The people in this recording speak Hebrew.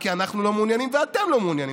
כי אנחנו לא מעוניינים ואתם לא מעוניינים,